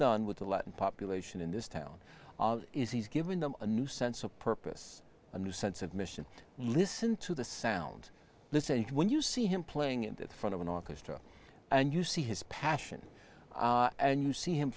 done with the latin population in this town is he's given them a new sense of purpose a new sense of mission listen to the sound listen when you see him playing in front of an orchestra and you see his passion and you see him